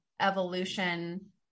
evolution